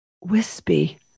wispy